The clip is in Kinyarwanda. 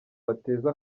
bateza